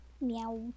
Meow